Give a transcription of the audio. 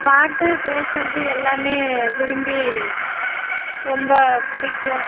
பாட்டு பேசுறது எல்லாமே விரும்பி ரொம்ப பிடிக்கும்